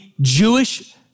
Jewish